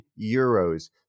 euros